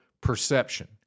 perception